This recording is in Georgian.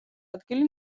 ადგილი